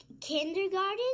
Kindergarten